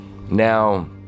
Now